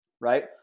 right